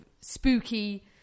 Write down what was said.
spooky